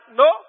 no